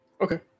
Okay